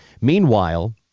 Meanwhile